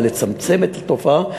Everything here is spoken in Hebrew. אבל לצמצם את התופעה,